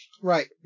Right